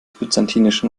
byzantinischen